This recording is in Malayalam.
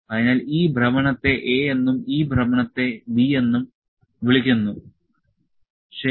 അതിനാൽ ഈ ഭ്രമണത്തെ A എന്നും ഈ ഭ്രമണത്തെ B എന്നും വിളിക്കുന്നു ശരി